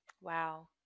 Wow